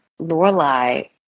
Lorelai